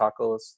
tacos